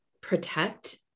protect